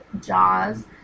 jaws